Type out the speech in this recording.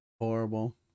horrible